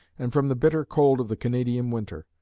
and from the bitter cold of the canadian winter.